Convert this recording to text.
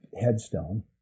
headstone